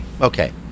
Okay